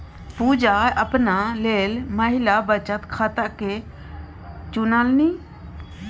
पुजा अपना लेल महिला बचत खाताकेँ चुनलनि